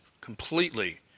completely